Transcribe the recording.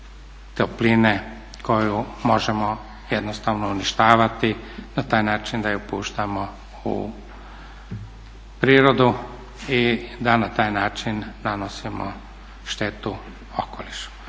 topline koju možemo jednostavno uništavati na taj način da ju puštamo u prirodu i da na taj način nanosimo štetu okolišu.